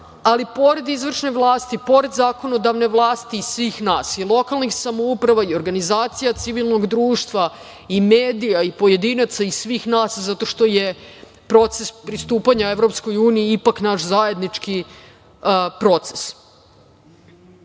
ali pored izvršne vlasti i pored zakonodavne vlasti svih nas i lokalnih samouprava i organizacija civilnog društva i medija i pojedinaca i svih nas zato što je proces pristupanja EU ipak naš zajednički proces. Mi